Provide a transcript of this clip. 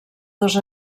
dos